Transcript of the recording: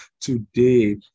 today